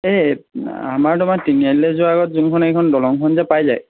এই আমাৰ তোমাৰ তিনিআলিলে যোৱাৰ আগত যোনখন এইখন দলংখন যে পাই যে